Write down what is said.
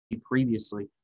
previously